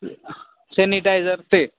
sanitiser ते